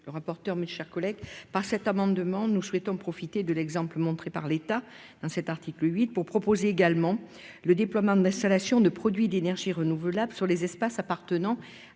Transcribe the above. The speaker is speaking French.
Mme Marie-Claude Varaillas. Par cet amendement, nous souhaitons profiter de l'exemple montré par l'État, avec l'article 8, pour proposer également le déploiement d'installations de produits d'énergies renouvelables sur les espaces appartenant à des